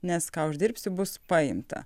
nes ką uždirbsiu bus paimta